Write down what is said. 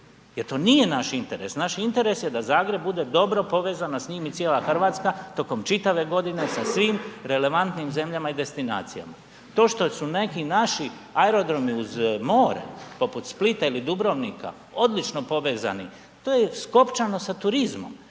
jer to nije naš interes, naš interes je da Zagreb bude dobro povezan a s njim i cijela Hrvatska tokom čitave godine sa svim relevantnim zemljama i destinacijama. To što su neki naši aerodromi uz more poput Splita ili Dubrovnika odlično povezani, to je skopčano sa turizmom,